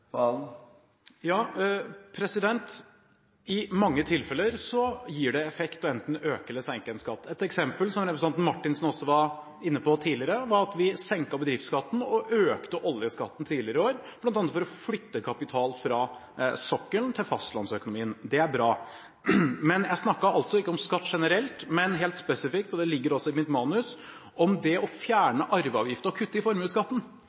Ja, i mange tilfeller gir det effekt enten man øker eller senker en skatt. Et eksempel, som også representanten Marthinsen var inne på tidligere, var at vi senket bedriftsskatten og økte oljeskatten tidligere i år, bl.a. for å flytte kapital fra sokkelen til fastlandsøkonomien. Det er bra. Jeg snakket ikke om skatt generelt, men helt spesifikt – og det ligger også i mitt manus – om det å fjerne arveavgiften og kutte i formuesskatten.